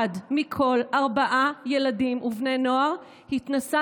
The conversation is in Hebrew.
היום אחד מכל ארבעה ילדים ובני נוער התנסה